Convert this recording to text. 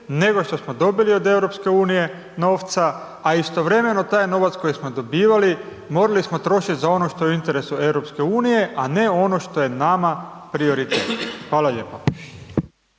nego što smo dobili od EU novca, a istovremeno taj novac koji smo dobivali, morali smo trošiti za ono što je u interesu EU, a ne ono što je nama prioritet. Hvala lijepo.